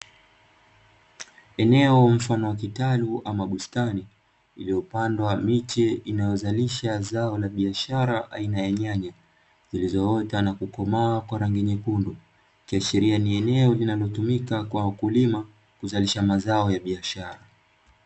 Eneo mfano wa kitalu ama bustani iliyopandwa miche inayozalisha zao la biashara aina ya nyanya zilizoota na kukomaa kwa rangi nyekundu. Ikiashiria ni eneo linalotumika kwa wakulima kuzalisha mazao ya biashara